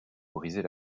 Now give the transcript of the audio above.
briser